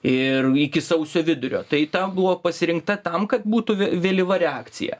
ir iki sausio vidurio tai ta buvo pasirinkta tam kad būtų ve vėlyva reakcija